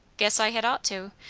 guess i had ought to!